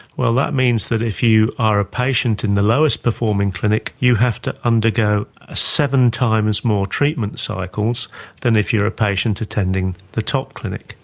well, that means that if you are a patient in the lowest performing clinic you have to undergo seven times more treatment cycles than if you are a patient attending the top clinic.